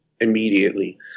immediately